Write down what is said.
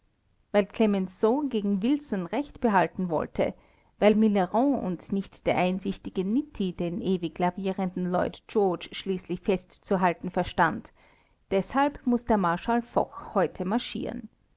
weil clemenceau gegen wilson recht behalten wollte weil millerand und nicht der einsichtige nitti den ewig lavierenden lloyd george schließlich festzuhalten verstand deshalb muß der marschall foch heute marschieren